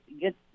get